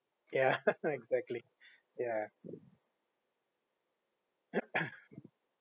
yeah exactly yeah